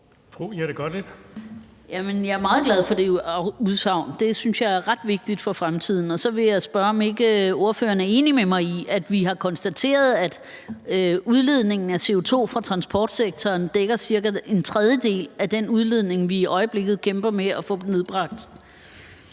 jeg er meget glad for det udsagn. Det synes jeg er ret vigtigt for fremtiden. Og så vil jeg spørge, om ordføreren ikke er enig med mig i, at vi har konstateret, at udledningen af CO2 fra transportsektoren dækker cirka en tredjedel af den udledning, vi i øjeblikket kæmper med at få nedbragt.